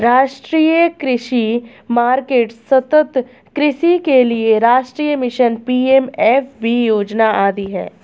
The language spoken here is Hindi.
राष्ट्रीय कृषि मार्केट, सतत् कृषि के लिए राष्ट्रीय मिशन, पी.एम.एफ.बी योजना आदि है